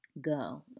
Go